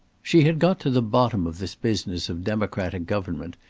she had got to the bottom of this business of democratic government,